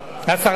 עשרה, עשרה.